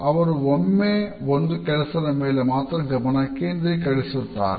ಅವರು ಒಮ್ಮೆ ಒಂದು ಕೆಲಸದ ಮೇಲೆ ಮಾತ್ರ ಗಮನ ಕೇಂದ್ರೀಕರಿಸುತ್ತಾರೆ